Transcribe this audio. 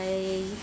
I